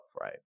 right